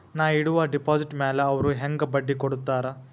ನಾ ಇಡುವ ಡೆಪಾಜಿಟ್ ಮ್ಯಾಲ ಅವ್ರು ಹೆಂಗ ಬಡ್ಡಿ ಕೊಡುತ್ತಾರ?